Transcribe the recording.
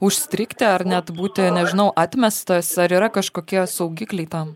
užstrigti ar net būti nežinau atmestas ar yra kažkokie saugikliai tam